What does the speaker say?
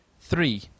Three